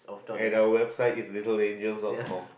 and our website is little angels dot com